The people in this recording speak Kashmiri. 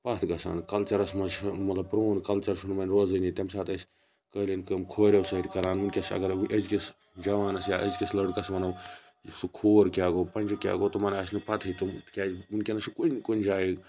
پتھ گَژھان کَلچَرَس مَنٛز چھُ نہٕ مَطلَب پرون کَلچَر چھُ نہٕ وۄنۍ روزٲنی تمہِ ساتہٕ ٲسۍ قٲلیٖن کٲم کھوریٚو سۭتۍ کَران وٕنکیٚس چھِ اَگَرے أزکِس جَوانَس یا أزکِس لڑکَس وَنو سُہ کھور کیاہ گوٚو پَنجہِ کیاہ گوٚو تمَن آسہِ نہٕ پَتہی تم کیاز وٕنکیٚنَس چھُ کُنہِ کُنہِ جایہِ